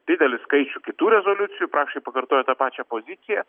didelį skaičių kitų rezoliucijų praktiškai pakartojo tą pačią poziciją